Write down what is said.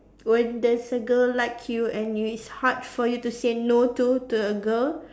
when there's a girl like you and it's hard for you to say no to to a girl